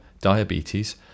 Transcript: diabetes